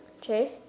Chase